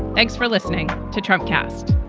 thanks for listening to trump cast